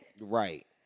Right